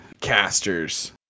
casters